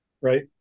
right